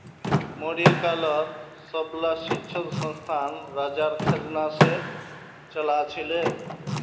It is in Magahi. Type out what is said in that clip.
मौर्य कालत सबला शिक्षणसंस्थान राजार खजाना से चलअ छीले